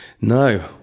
No